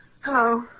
Hello